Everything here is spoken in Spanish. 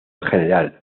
general